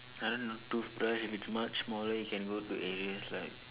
I don't know toothbrush if it's much smaller it could go to areas like